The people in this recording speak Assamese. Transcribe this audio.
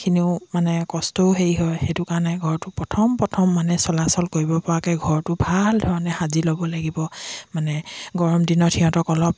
খিনিও মানে কষ্টও হেৰি হয় সেইটো কাৰণে ঘৰটো প্ৰথম প্ৰথম মানে চলাচল কৰিব পৰাকৈ ঘৰটো ভাল ধৰণে সাজি ল'ব লাগিব মানে গৰম দিনত সিহঁতক অলপ